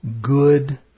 good